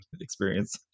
experience